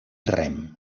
rem